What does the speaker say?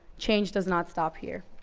change does not stop here.